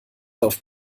auf